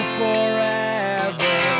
forever